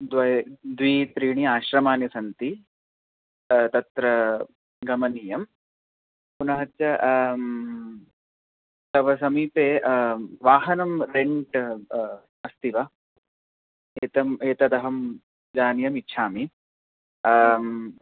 द्वे द्वे त्रीणि आश्रमानि सन्ति तत्र गमनीयं पुनश्च तव समीपे वाहनं रेण्ट् अस्ति वा एतम् एतदहं ज्ञातुम् इच्छामि